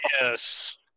yes